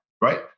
right